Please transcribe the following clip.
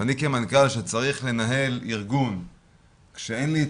ואני כמנכ"ל שצריך לנהל ארגון כשאין לי את